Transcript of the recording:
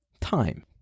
Time